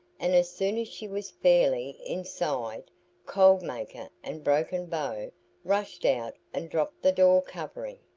and as soon as she was fairly inside cold maker and broken bow rushed out and dropped the door covering.